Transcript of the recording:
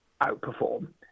outperform